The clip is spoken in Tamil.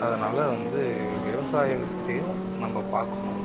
அதனால் வந்து விவசாயத்தையும் நம்ம பார்க்கணும்